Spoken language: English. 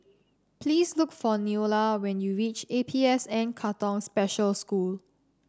please look for Neola when you reach A P S N Katong Special School